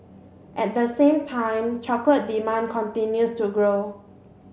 at the same time chocolate demand continues to grow